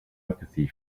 empathy